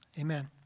Amen